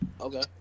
okay